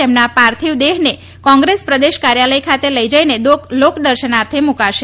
તેમના પાર્થિવ દેહને કોંગ્રેસ પ્રદેશ કાર્યાલય ખાતે લઈ જઈને લોકદર્શનાર્થે મુકાશે